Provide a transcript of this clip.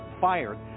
fired